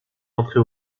entré